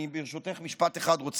אני רוצה ברשותך לומר משפט אחד.